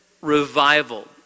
revival